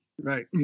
right